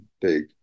big